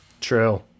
true